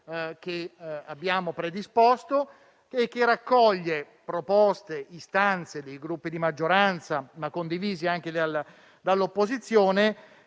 che abbiamo predisposto, che raccoglie proposte e istanze dei Gruppi di maggioranza, ma condivise anche dall'opposizione,